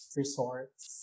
resorts